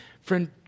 Friend